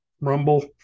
Rumble